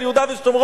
על יהודה ושומרון,